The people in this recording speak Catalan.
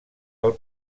del